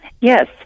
Yes